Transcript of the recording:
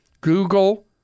Google